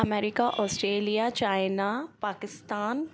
America Australia China Pakistan